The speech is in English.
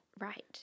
Right